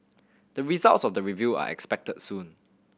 the results of the review are expected soon